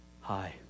Hi